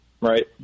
right